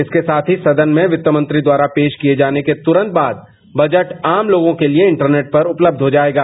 इसके साथ ही सदन में वित्तमंत्री द्वार पेश किये जाने के तुरंत बाद बजट आम लोगों के लिए इंटरनेट पर उपलब्ध हो जायोगा